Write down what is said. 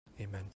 Amen